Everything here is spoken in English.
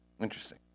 Interesting